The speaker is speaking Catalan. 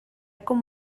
com